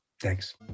Thanks